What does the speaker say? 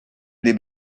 les